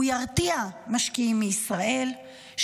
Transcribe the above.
הוא ירתיע משקיעים מישראל,